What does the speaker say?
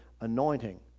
anointing